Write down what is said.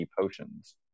potions